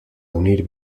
unir